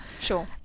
sure